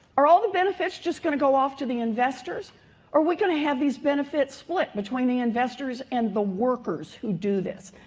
are all the benefits just going to go off to the investors, or are we gonna have these benefits split between the investors and the workers who do this?